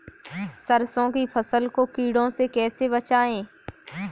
सरसों की फसल को कीड़ों से कैसे बचाएँ?